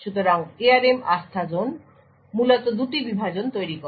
সুতরাং ARM আস্তাজোন মূলত দুটি বিভাজন তৈরি করে